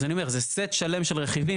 אז אני אומר, זה סט שלם של רכיבים.